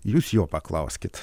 jūs jo paklauskit